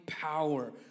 power